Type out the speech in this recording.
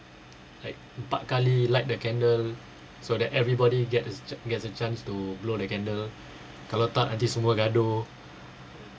like empat kali light the candle so that everybody gets gets a chance to blow the candle kalau tak nanti semua gaduh